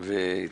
אני שואלת,